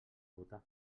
votar